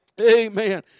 Amen